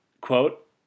Quote